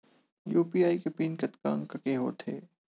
UPI के pin कतका अंक के होथे?